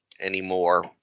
anymore